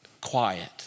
quiet